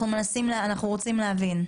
אנחנו רוצים להבין.